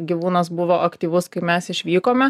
gyvūnas buvo aktyvus kai mes išvykome